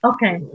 Okay